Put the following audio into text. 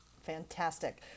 fantastic